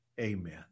amen